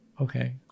Okay